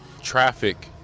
Traffic